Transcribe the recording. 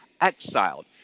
exiled